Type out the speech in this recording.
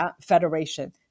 Federation